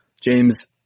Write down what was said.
James